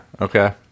okay